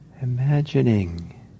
imagining